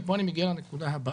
ופה אני מגיע לנקודה הבאה.